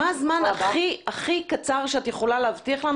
מה הזמן הכי קצר שאת יכולה להבטיח לנו